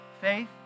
Faith